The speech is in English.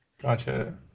Gotcha